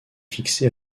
fixée